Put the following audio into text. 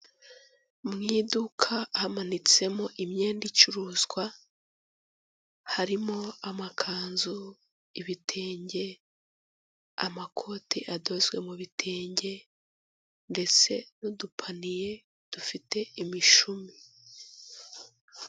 Mu iduka hamanitsemo imyenda icuruzwa, harimo amakanzu, ibitenge, amakoti adozwe mu bitenge ndetse n'udupaniye dufite imishumi.